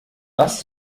das